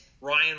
Ryan